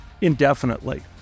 indefinitely